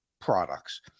products